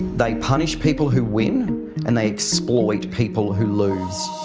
they punish people who win and they exploit people who lose.